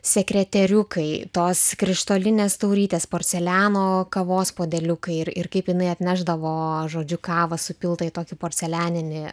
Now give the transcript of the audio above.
sekreteriukai tos krištolinės taurytės porceliano kavos puodeliukai ir ir kaip jinai atnešdavo žodžiu kavą supiltą į tokį porcelianinį